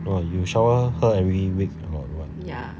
!wah! you shower her every week [one]